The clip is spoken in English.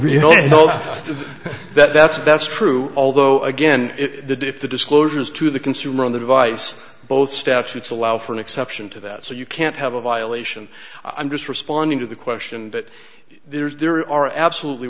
know that's that's true although again it's the diff the disclosures to the consumer on the device both statutes allow for an exception to that so you can't have a violation i'm just responding to the question that there's there are absolutely